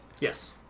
Yes